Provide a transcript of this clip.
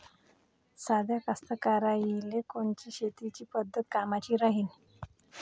साध्या कास्तकाराइले कोनची शेतीची पद्धत कामाची राहीन?